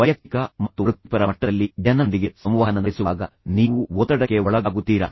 ವೈಯಕ್ತಿಕ ಮತ್ತು ವೃತ್ತಿಪರ ಮಟ್ಟದಲ್ಲಿ ಜನರೊಂದಿಗೆ ಸಂವಹನ ನಡೆಸುವಾಗ ನೀವು ಒತ್ತಡಕ್ಕೆ ಒಳಗಾಗುತ್ತೀರಾ